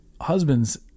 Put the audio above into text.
husbands